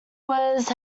was